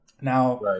Now